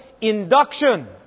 induction